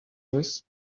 louise